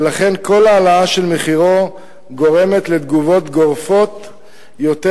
ולכן כל העלאה של מחירו גורמת לתגובות גורפות יותר